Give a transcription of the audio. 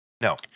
No